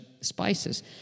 spices